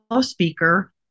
speaker